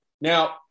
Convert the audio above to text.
Now